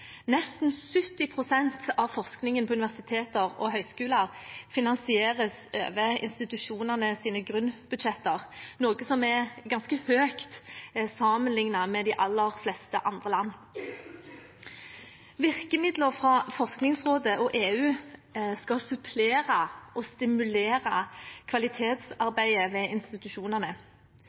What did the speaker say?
Nesten 70 pst. av forskningen på universiteter og høyskoler finansieres over institusjonenes grunnbudsjetter, noe som er ganske høyt sammenlignet med de aller fleste andre land. Virkemidler fra Forskningsrådet og EU skal supplere og stimulere kvalitetsarbeidet ved institusjonene.